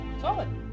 Solid